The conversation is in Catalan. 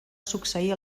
succeir